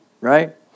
right